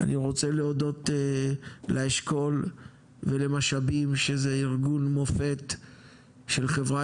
אני רוצה להודות לאשכול ולמשאבים שזה ארגון מופת של חברה